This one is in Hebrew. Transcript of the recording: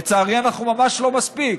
לצערי, אנחנו ממש לא מספיק,